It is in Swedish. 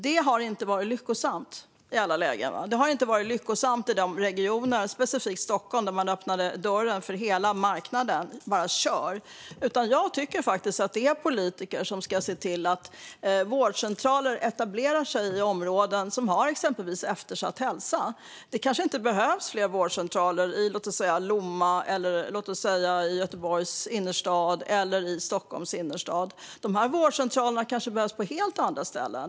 Det har inte varit lyckosamt i alla lägen. Det har inte varit lyckosamt i de regioner, specifikt Stockholm, där man öppnade dörren för hela marknaden och sa: Kör! Jag tycker faktiskt att det är politiker som ska se till att vårdcentraler etablerar sig i områden som har exempelvis eftersatt hälsa. Det kanske inte behövs fler vårdcentraler i Lomma, i Göteborgs innerstad eller i Stockholms innerstad. Dessa vårdcentraler kanske behövs på helt andra ställen.